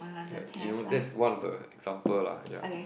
like you know that's one of the example lah ya